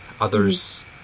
others